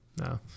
no